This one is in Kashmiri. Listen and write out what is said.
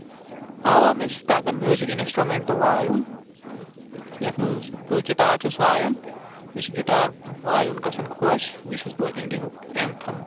آوا مےٚ چھِ تَگان میوٗزِک اِنَسٹرٛوٗمٮ۪نٛٹ وایُن یَتھ منٛز بہٕ گِٹار چھُس وایان مےٚ چھُ گِٹار وایُن گژھان خوش بیٚیہِ چھُس بہٕ اِنٛڈیہُک اٮ۪نتھَم